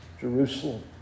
Jerusalem